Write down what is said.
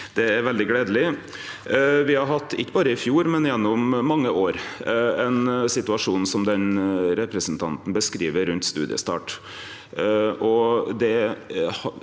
Det er veldig gledeleg. Vi har hatt, ikkje berre i fjor, men gjennom mange år, ein situasjon som den representanten beskriv rundt studiestart.